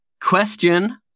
question